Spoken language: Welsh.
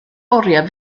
oriau